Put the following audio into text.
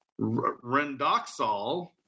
Rendoxol